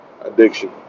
addiction